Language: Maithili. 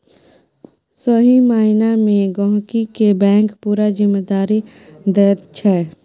सही माइना मे गहिंकी केँ बैंक पुरा जिम्मेदारी दैत छै